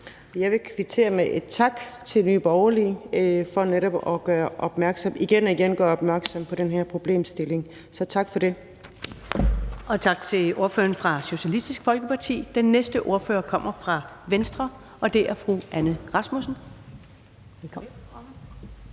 Jeg vil kvittere med en tak til Nye Borgerlige for netop igen og igen at gøre opmærksom på den her problemstilling. Så tak for det. Kl. 14:23 Første næstformand (Karen Ellemann): Tak til ordføreren fra Socialistisk Folkeparti. Den næste ordfører kommer fra Venstre, og det er fru Anne Rasmussen. Velkommen.